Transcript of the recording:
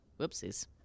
whoopsies